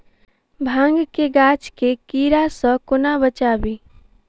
भांग केँ गाछ केँ कीड़ा सऽ कोना बचाबी?